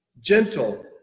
gentle